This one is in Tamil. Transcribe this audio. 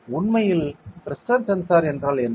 எனவே உண்மையில் பிரஷர் என்றால் என்ன